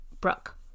Brooke